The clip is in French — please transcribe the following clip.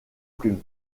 plumes